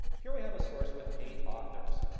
here we have a source with eight authors,